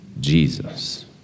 Jesus